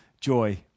joy